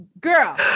Girl